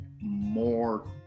more